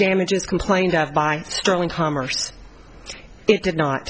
damages complained of by sterling commerce it did not